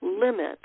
limit